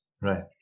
Right